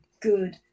good